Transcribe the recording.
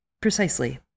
precisely